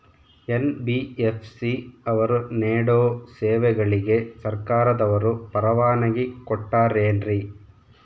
NBFC ಅವರು ನೇಡೋ ಸೇವೆಗಳಿಗೆ ಸರ್ಕಾರದವರು ಪರವಾನಗಿ ಕೊಟ್ಟಾರೇನ್ರಿ?